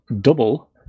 double